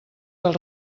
del